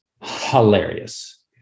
hilarious